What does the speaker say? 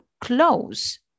close